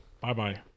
Bye-bye